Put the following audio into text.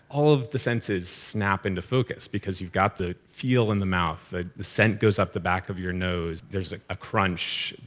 all of the senses snap into focus, because you've got the feel in the mouth, the scent goes up the back of your nose. there's a ah crunch,